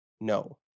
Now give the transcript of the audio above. No